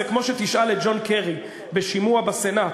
זה כמו שתשאל את ג'ון קרי בשימוע בסנאט,